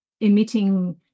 emitting